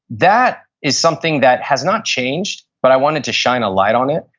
that is something that has not changed but i wanted to shine a light on it.